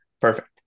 perfect